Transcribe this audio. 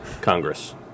Congress